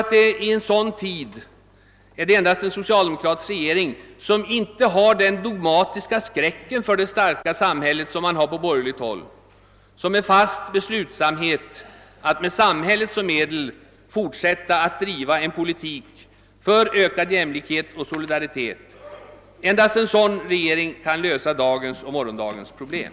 I denna tid är det endast en socialdemokratisk regering — som inte har den dogmatiska skräck för ett starkt samhälle som man har på borgerligt håll men som är fast besluten att med samhället som medel fortsätta att driva en politik för ökad jämlikhet och solidaritet — som kan lösa dagens och morgondagens problem.